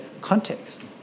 context